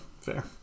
fair